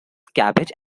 cabbage